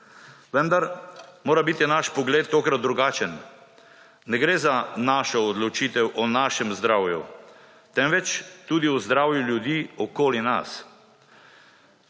Vendar mora biti naš pogled tokrat drugačen, ne gre za našo odločitev o našem zdravju, temveč tudi o zdravju ljudi okoli nas,